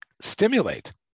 stimulate